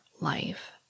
life